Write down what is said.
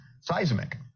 seismic